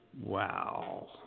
Wow